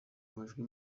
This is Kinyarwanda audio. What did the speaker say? majwi